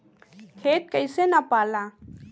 खेत कैसे नपाला?